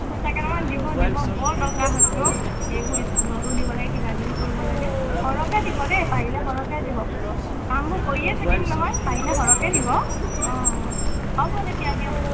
পইচাকেইটকামান দিব দিব বৰ দৰকাৰ হৈছে অ' এইবোৰ স্কুলতো দিব লাগে কিবা কিবি কৰিব লাগে সৰহকৈ দিব দেই পাৰিলে সৰকৈ দিব কামবোৰ কৰিয়ে থাকিম নহয় পাৰিলে সৰহকৈ দিব অঁ অঁ হ'ব তেতিয়া দিয়ক